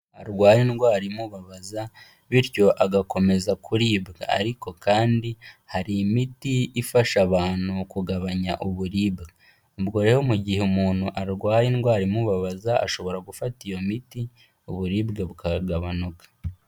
Arwaye indwara imubabaza bityo agakomeza kuribwa. Ariko kandi hari imiti ifasha abantu kugabanya uburibwe. Ubwo rero mu gihe umuntu arwaye indwara imubabaza, ashobora gufata iyo miti, uburibwe bukagabanuka.